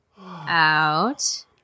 Out